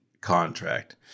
contract